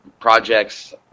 projects